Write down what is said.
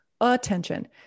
attention